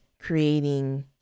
creating